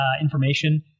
information